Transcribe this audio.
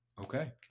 Okay